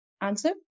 answer